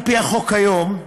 על-פי החוק כיום,